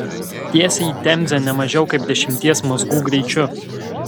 tiesiai į temzę ne mažiau kaip dešimties mazgų greičiu